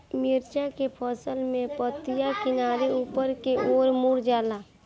मिरचा के फसल में पतिया किनारे ऊपर के ओर मुड़ जाला?